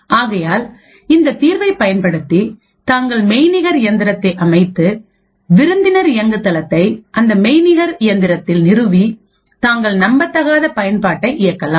ஆகையால் இந்த தீர்வை பயன்படுத்தி தாங்கள் மெய்நிகர் இயந்திரத்தை அமைத்து விருந்தினர் இயங்குதளத்தை அந்த மெய்நிகர் இயந்திரத்தில் நிறுவி தாங்கள் நம்பத்தகாத பயன்பாட்டை இயக்கலாம்